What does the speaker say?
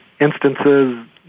instances